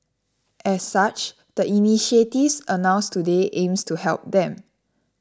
as such the initiatives announced today aims to help them